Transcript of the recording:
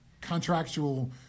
contractual